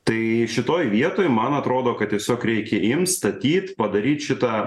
tai šitoj vietoj man atrodo kad tiesiog reikia imt statyt padaryt šitą